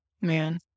Man